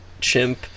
chimp